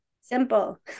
simple